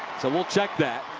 so we'll check that.